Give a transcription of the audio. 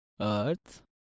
earth